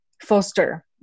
foster